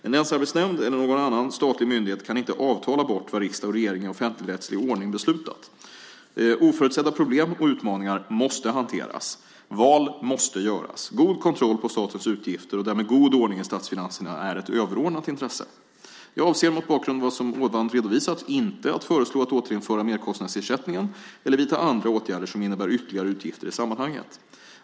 En länsarbetsnämnd eller någon annan statlig myndighet kan inte "avtala bort" vad riksdag och regering i offentligrättslig ordning beslutat. Oförutsedda problem och utmaningar måste hanteras. Val måste göras. God kontroll på statens utgifter och därmed god ordning i statsfinanserna är ett överordnat intresse. Jag avser, mot bakgrund av vad som ovan redovisats, inte att föreslå att återinföra merkostnadsersättningen eller vidta andra åtgärder som innebär ytterligare utgifter i sammanhanget.